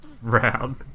round